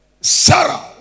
Sarah